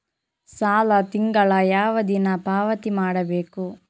ಸಾಲ ತಿಂಗಳ ಯಾವ ದಿನ ಪಾವತಿ ಮಾಡಬೇಕು?